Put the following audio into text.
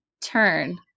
turn